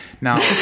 Now